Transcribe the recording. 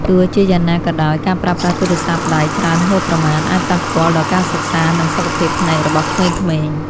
ទោះជាយ៉ាងណាក៏ដោយការប្រើប្រាស់ទូរស័ព្ទដៃច្រើនហួសប្រមាណអាចប៉ះពាល់ដល់ការសិក្សានិងសុខភាពភ្នែករបស់ក្មេងៗ។